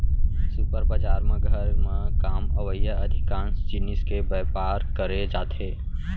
super बजार म घर म काम अवइया अधिकांस जिनिस के बयपार करे जाथे